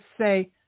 say